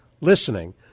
listening